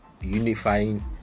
unifying